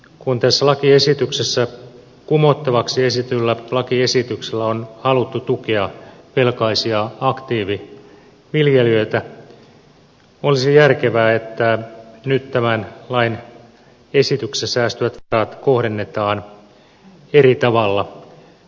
kun tässä lakiesityksessä kumottavaksi esitetyllä lakiesityksellä on haluttu tukea velkaisia aktiiviviljelijöitä olisi järkevää että nyt tämän lain esityksessä säästyvät varat kohdennetaan eri tavalla aktiiviviljelijöille